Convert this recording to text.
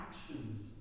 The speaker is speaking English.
actions